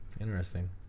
Interesting